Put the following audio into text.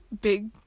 big